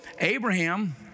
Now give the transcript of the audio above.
Abraham